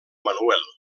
manuel